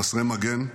חסרי מגן.